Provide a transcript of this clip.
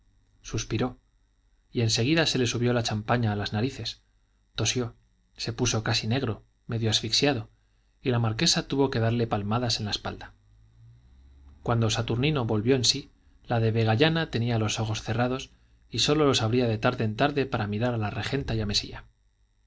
suspiró y en seguida se le subió la champaña a las narices tosió se puso casi negro medio asfixiado y la marquesa tuvo que darle palmadas en la espalda cuando saturnino volvió en sí la de vegallana tenía los ojos cerrados y sólo los abría de tarde en tarde para mirar a la regenta y a mesía